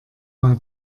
mal